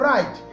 Right